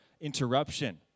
interruption